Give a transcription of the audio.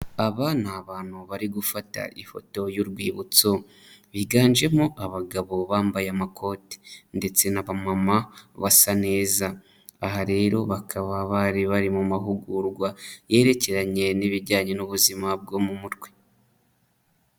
Aba ni abantu bari gufata ifoto y'urwibutso, biganjemo abagabo bambaye amakoti ndetse n'abamama basa neza, aha rero bakaba bari bari mu mahugurwa yerekeranye n'ibijyanye n'ubuzima bwo mu mutwe.